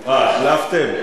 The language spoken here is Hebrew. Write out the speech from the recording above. אה, החלפתם?